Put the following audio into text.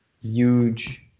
huge